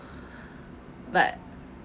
but